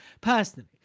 personally